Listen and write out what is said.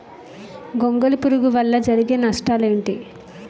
గొంగళి పురుగు వల్ల జరిగే నష్టాలేంటి?